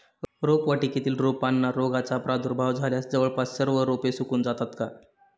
रोपवाटिकेतील रोपांना रोगाचा प्रादुर्भाव झाल्यास जवळपास सर्व रोपे सुकून जातात का?